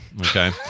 Okay